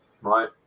right